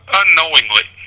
unknowingly